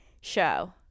show